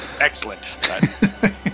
Excellent